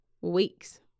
weeks